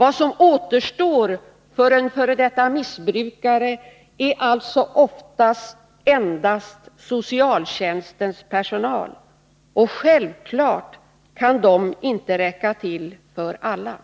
Vad som återstår för en f.d. missbrukare är alltså ofta endast socialtjänstens personal — och självfallet kan den inte räcka till för alla.